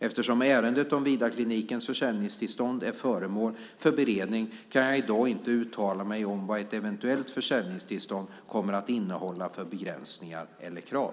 Eftersom ärendet om Vidarklinikens försäljningstillstånd är föremål för beredning kan jag i dag inte uttala mig om vad ett eventuellt försäljningstillstånd kommer att innehålla för begränsningar eller krav.